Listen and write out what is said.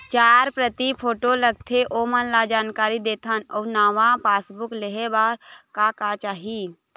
चार प्रति फोटो लगथे ओमन ला जानकारी देथन अऊ नावा पासबुक लेहे बार का का चाही?